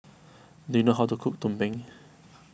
do you know how to cook Tumpeng